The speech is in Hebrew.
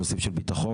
נושאים של ביטחון.